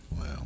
Wow